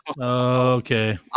okay